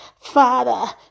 Father